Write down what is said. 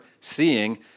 seeing